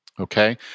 okay